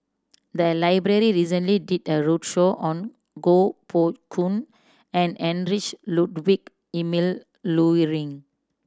the library recently did a roadshow on Koh Poh Koon and Heinrich Ludwig Emil Luering